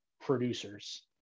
producers